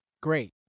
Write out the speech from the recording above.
great